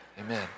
Amen